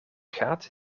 gaat